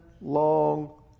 long